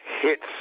hits